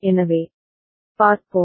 எனவே பார்ப்போம்